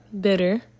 bitter